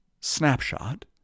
snapshot